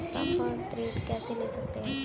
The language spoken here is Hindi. फसल ऋण कैसे ले सकते हैं?